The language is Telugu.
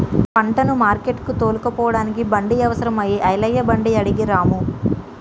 పంటను మార్కెట్టుకు తోలుకుపోడానికి బండి అవసరం అయి ఐలయ్య బండి అడిగే రాము